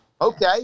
okay